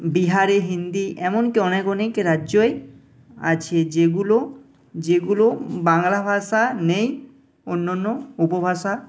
বিহারে হিন্দি এমনকি অনেক অনেক রাজ্যই আছে যেগুলো যেগুলো বাংলা ভাষা নেই অন্য অন্য উপভাষা